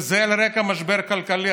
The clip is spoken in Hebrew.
וזה על רקע משבר כלכלי.